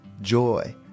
joy